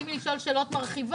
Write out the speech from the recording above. לגיטימי לשאול שאלות מרחיבות,